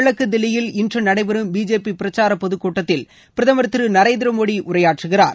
கிழக்கு தில்லியில் இன்று நடைபெறும் பிஜேபி பிரச்சார பொதுக் கூட்டத்தில் பிரதமர் திரு நரேந்திர மோடி உரையாற்றுகிறார்